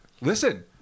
listen